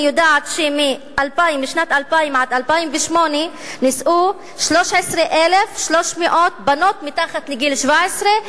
אני יודעת שמשנת 2000 עד 2008 נישאו 13,300 בנות מתחת לגיל 17,